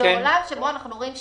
בעולם שבו אנחנו מדברים,